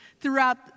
throughout